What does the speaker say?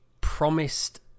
promised